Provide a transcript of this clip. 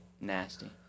Nasty